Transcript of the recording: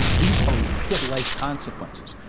these are real-life consequences.